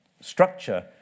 structure